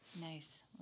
Nice